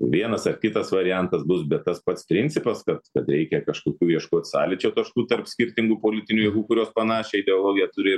vienas ar kitas variantas bus bet tas pats principas kad kad reikia kažkokių ieškot sąlyčio taškų tarp skirtingų politinių jėgų kurios panašią ideologiją turi